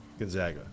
Gonzaga